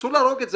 אסור להרוג את זה